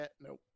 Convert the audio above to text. nope